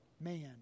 man